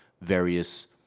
various